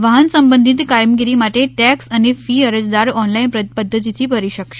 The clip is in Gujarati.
વાહન સંબંઘિત કામગીરી માટે ટેક્સ અને ફી અરજદાર ઓનલાઇન પધ્ધતિથી ભરી શકશે